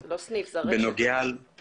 בנוגע ליכולת לעמוד במכסות הקיימות.